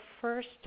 first